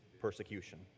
persecution